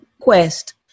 quest